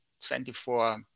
24